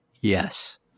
yes